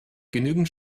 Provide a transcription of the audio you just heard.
genügend